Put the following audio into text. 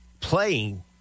playing